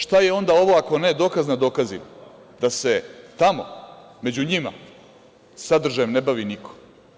Šta je onda ovo, ako ne dokaz nad dokazima da se tamo, među njima sadržajem ne bavi niko.